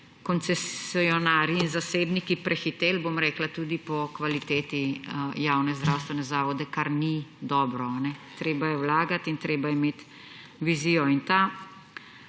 koncesionarji, zasebniki prehiteli tudi po kvaliteti javne zdravstvene zavode, kar ni dobro. Treba je vlagati in treba je imeti vizijo. Ta